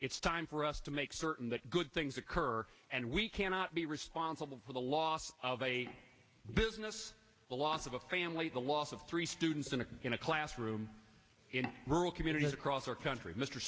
it's time for us to make certain that good things occur and we cannot be responsible for the loss of a business the loss of a family the loss of three students in a classroom in rural communities across our country mr